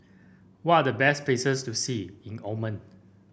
what are the best places to see in Oman